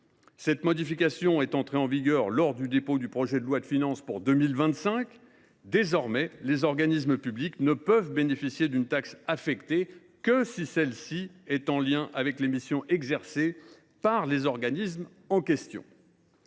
Cette modification est entrée en vigueur lors du dépôt du projet de loi de finances pour 2025 : désormais, les organismes publics ne peuvent bénéficier d’une taxe affectée que si celle ci est en lien avec les missions qu’ils exercent. L’affectation